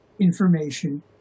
information